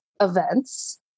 events